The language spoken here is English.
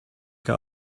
get